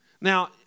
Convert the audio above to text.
Now